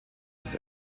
des